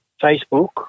Facebook